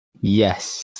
Yes